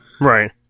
Right